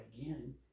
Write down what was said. again